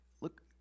Look